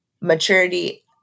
maturity